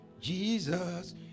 Jesus